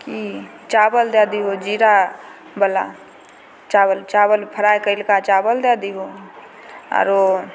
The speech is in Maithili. कि चावल दए दिहो जीरावला चावल चावल फ्राइ कइलका चावल दए दिहो आरो